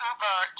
Uber